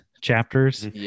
chapters